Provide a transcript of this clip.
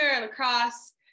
lacrosse